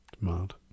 Mad